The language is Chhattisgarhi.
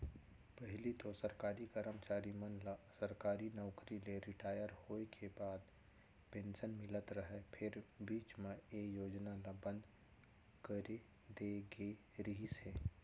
पहिली तो सरकारी करमचारी मन ल सरकारी नउकरी ले रिटायर होय के बाद पेंसन मिलत रहय फेर बीच म ए योजना ल बंद करे दे गे रिहिस हे